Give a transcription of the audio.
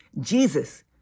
Jesus